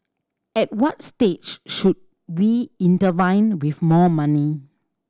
at what stage should we intervene with more money